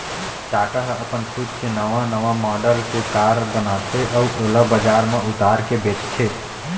टाटा ह अपन खुद के नवा नवा मॉडल के कार बनाथे अउ ओला बजार म उतार के बेचथे